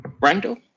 Randall